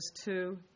two